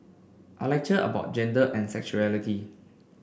I lecture about gender and sexuality